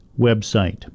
website